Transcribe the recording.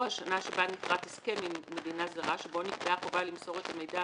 השנה שבה נכרת הסכם עם אותה מדינה זרה שבו נקבעה חובה למסור את המידע